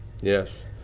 yes